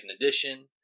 Edition